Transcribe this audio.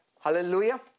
hallelujah